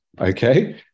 okay